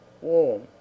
warm